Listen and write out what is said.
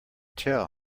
tell